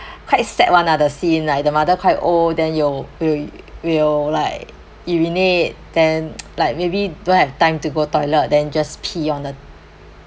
quite sad [one] ah the scene like the mother quite old then yo~ wi~ will like urinate then like maybe don't have time to go toilet then just pee on the